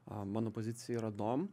mano pozicija yra dom